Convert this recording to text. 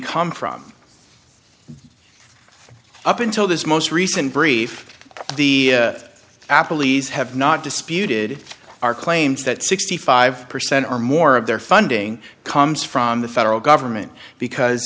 come from up until this most recent brief the apple e's have not disputed our claims that sixty five percent or more of their funding comes from the federal government because